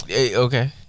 Okay